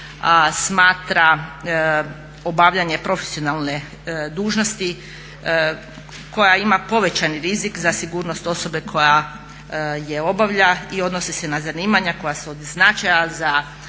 smatra obavljanje profesionalne dužnosti koja ima povećani rizik za sigurnost osobe koja je obavlja i odnosi se na zanimanja koja su od značaj za